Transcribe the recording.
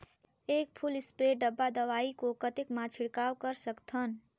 एक full spray डब्बा दवाई को कतेक म छिड़काव कर सकथन?